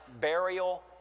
Burial